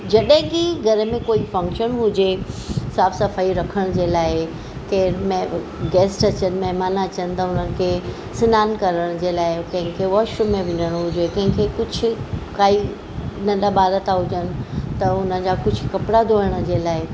जॾहिं की घर में कोई फंक्शन हुजे साफ़ सफ़ाई रखनि जे लाइ केरु मे गैस्ट अचनि महिमान अचनि त हुननि खे सनानु करण जे लाइ कंहिंखे वॉशरूम में वञिणो हुजे कंहिंखे कुझु काई नंढा ॿार था हुजनि त हुनजा कुझु कपिड़ा धोअण जे लाइ